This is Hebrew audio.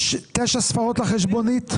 יש תשע ספרות לחשבונית?